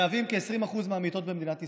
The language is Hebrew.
ומהווים כ-20% מהמיטות במדינת ישראל.